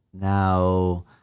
now